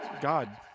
God